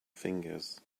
fingers